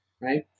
Right